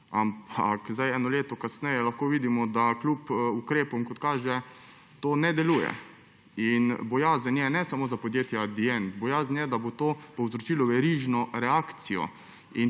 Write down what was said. Ampak eno leto kasneje lahko vidimo, da kljub ukrepom, kot kaže, to ne deluje. In bojazen je ne samo za podjetje Adient, bojazen je, da bo do povzročilo verižno reakcijo.